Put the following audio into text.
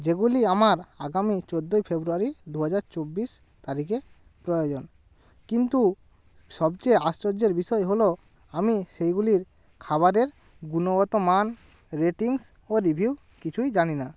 যেগুলি আমার আগামী চৌদ্দই ফেব্রুয়ারি দুহাজার চব্বিশ তারিখে প্রয়োজন কিন্তু সবচেয়ে আশ্চর্যের বিষয় হলো আমি সেইগুলির খাবারের গুণগত মান রেটিংস ও রিভিউ কিছুই জানি না